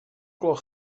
gloch